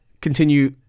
continue